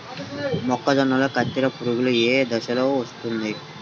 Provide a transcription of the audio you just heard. మొక్కజొన్నలో కత్తెర పురుగు ఏ దశలో వస్తుంది?